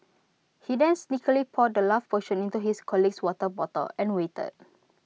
he then sneakily poured the love potion into his colleague's water bottle and waited